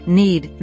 need